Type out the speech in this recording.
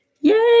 yay